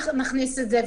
נכניס את זה,